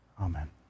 Amen